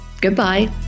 Goodbye